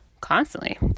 constantly